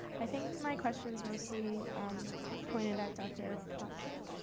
i think my question's mostly um pointed at dr. plotkin.